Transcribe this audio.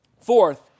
Fourth